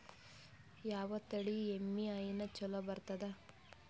ಯಾವ ತಳಿ ಎಮ್ಮಿ ಹೈನ ಚಲೋ ಬರ್ತದ?